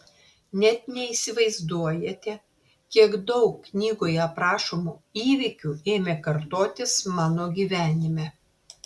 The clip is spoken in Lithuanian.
net neįsivaizduojate kiek daug knygoje aprašomų įvykių ėmė kartotis mano gyvenime